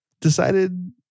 decided